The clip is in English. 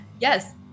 yes